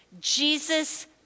Jesus